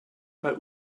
bei